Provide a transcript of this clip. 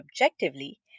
objectively